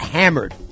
Hammered